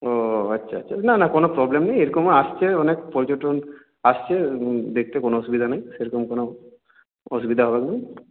ও আচ্ছা আচ্ছা না না কোনো প্রবলেম নেই এরকমও আসছে অনেক পর্যটন আসছে দেখতে কোনো অসুবিধা নেই সেরকম কোনো অসুবিধা হবে না